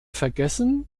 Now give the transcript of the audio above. vergessen